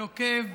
נוקב,